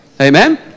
Amen